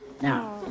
Now